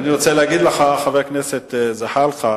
חבר הכנסת זחאלקה,